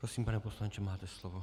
Prosím, pane poslanče, máte slovo.